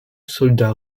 soldats